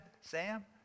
Sam